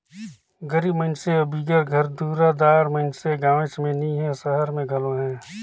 गरीब मइनसे अउ बिगर घर दुरा दार मइनसे गाँवेच में नी हें, सहर में घलो अहें